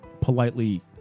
politely